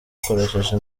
zikoresheje